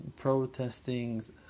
protestings